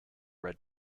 red